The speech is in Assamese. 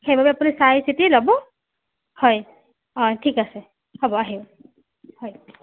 সেইবাবে আপুনি চাই চিতি ল'ব হয় অ' ঠিক আছে হ'ব আহিব হয়